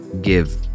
give